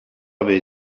avait